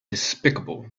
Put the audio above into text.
despicable